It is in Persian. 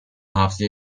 هفته